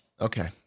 Okay